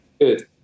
Good